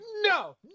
no